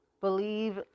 believe